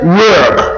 work